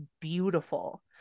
beautiful